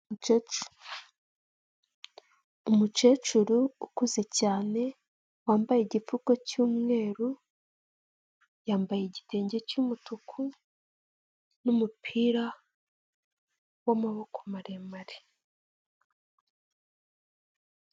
Umukecuru ukuze cyane wambaye igipfuko cy'umweru, yambaye igitenge cy'umutuku n'umupira w'amaboko maremare.